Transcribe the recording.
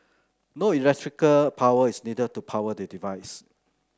no electrical power is needed to power the device